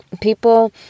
People